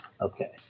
Okay